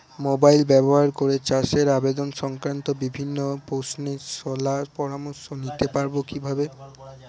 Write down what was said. Mobile ব্যাবহার করে চাষের আবাদ সংক্রান্ত বিভিন্ন প্রশ্নের শলা পরামর্শ নিতে পারবো কিভাবে?